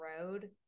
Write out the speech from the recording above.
road